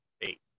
eight